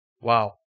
Wow